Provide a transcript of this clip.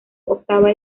octava